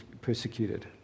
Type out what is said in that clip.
persecuted